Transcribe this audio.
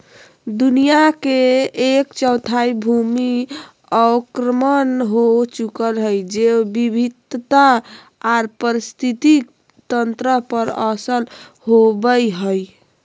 दुनिया के एक चौथाई भूमि अवक्रमण हो चुकल हई, जैव विविधता आर पारिस्थितिक तंत्र पर असर होवई हई